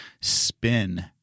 spin